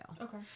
Okay